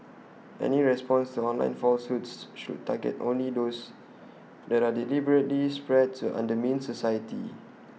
any response to online falsehoods should target only those that are deliberately spread to undermine society